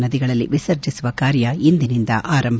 ನದಿಗಳಲ್ಲಿ ವಿಸರ್ಜಿಸುವ ಕಾರ್ಯ ಇಂದಿನಿಂದ ಆರಂಭ